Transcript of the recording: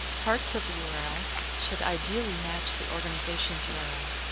parts of the yeah url should ideally match the organizations yeah url.